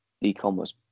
e-commerce